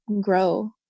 grow